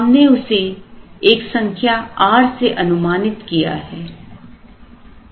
हमने उसे एक संख्या r से अनुमानित किया है